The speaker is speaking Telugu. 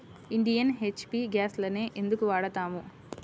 ఇండియన్, హెచ్.పీ గ్యాస్లనే ఎందుకు వాడతాము?